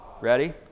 ready